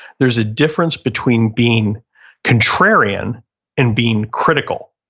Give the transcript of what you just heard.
there's a difference between being contrarian and being critical.